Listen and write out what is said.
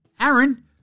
Aaron